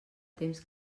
temps